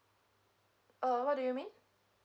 uh what do you mean